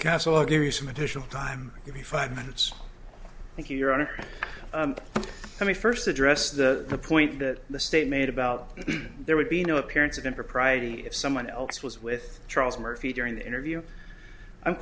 castle i'll give you some additional time give me five minutes thank you your honor let me st address the point that the state made about there would be no appearance of impropriety if someone else was with charles murphy during the interview i'm